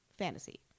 Fantasy